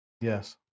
Yes